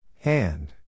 Hand